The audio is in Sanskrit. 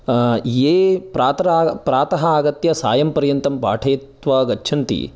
ये प्रातरा प्रातः आगत्य सायं पर्यन्तं पाठयित्वा गच्छन्ति